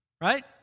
right